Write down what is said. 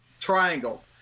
triangle